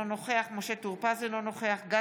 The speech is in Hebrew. אינו נוכח משה טור פז,